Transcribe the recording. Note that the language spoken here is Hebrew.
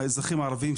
האזרחים הערבים,